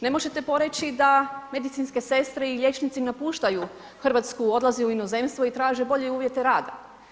Ne možete poreći da medicinske sestre i liječnici napuštaju Hrvatsku, odlaze u inozemstvo i traže bolje uvjete rada.